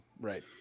Right